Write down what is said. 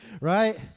Right